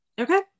Okay